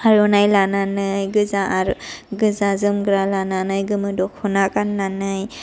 आर'नाय लानानै गोजा गोजा जोमग्रा लानानै गोमो दख'ना गाननानै आरो